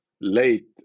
late